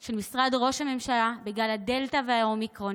של משרד ראש הממשלה בגלי הדלתא והאומיקרון,